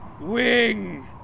Wing